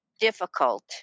difficult